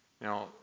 Now